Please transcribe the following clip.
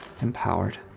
empowered